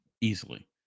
easily